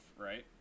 Right